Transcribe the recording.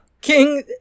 king